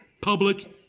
public